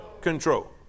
control